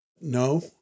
No